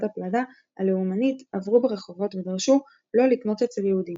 הפלדה" הלאומנית עברו ברחובות ודרשו לא לקנות אצל יהודים.